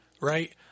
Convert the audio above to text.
right